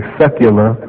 secular